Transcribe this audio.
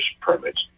permits